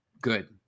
good